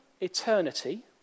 eternity